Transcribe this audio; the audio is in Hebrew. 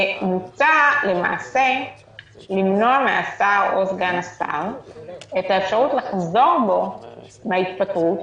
מוצע למעשה למנוע מהשר או מסגן השר את האפשרות לחזור בו מהתפטרותו,